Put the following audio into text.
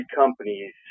companies